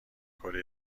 کره